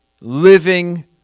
living